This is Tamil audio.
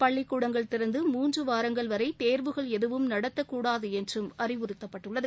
பள்ளிக்கூடங்கள் திறந்து மூன்று வாரங்கள் வரை தேர்வுகள் எதுவும் நடத்தக்கூடாது என்றும் அறிவுறுத்தப்பட்டுள்ளது